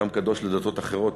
גם קדוש לדתות אחרות,